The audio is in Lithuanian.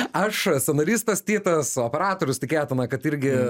aš scenaristas titas operatorius tikėtina kad irgi